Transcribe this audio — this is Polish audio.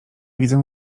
widzę